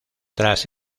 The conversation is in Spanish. tras